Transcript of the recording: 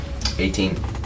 18